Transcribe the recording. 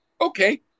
okay